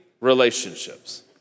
relationships